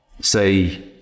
Say